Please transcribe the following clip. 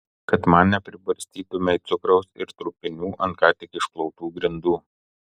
kad man nepribarstytumei cukraus ir trupinių ant ką tik išplautų grindų